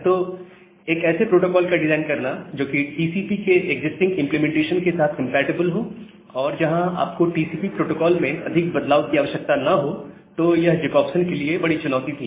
तो एक ऐसे प्रोटोकॉल का डिजाइन करना जो कि टीसीपी के एक्जिस्टिंग इंप्लीमेंटेशन के साथ कंपैटिबल हो और जहां आपको टीसीपी प्रोटोकोल में अधिक बदलाव की आवश्यकता ना हो तो यह जकोब्सन के लिए बड़ी चुनौती थी